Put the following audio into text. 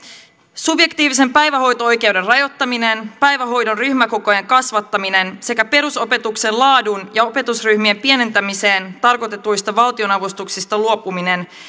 subjektiivisen päivähoito oikeuden rajoittaminen päivähoidon ryhmäkokojen kasvattaminen sekä perusopetuksen laadun parantamiseen ja opetusryhmien pienentämiseen tarkoitetuista valtionavustuksista luopuminen